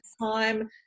time